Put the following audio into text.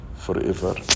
forever